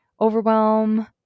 overwhelm